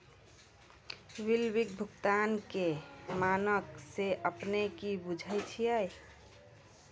विलंबित भुगतान के मानक से अपने कि बुझै छिए?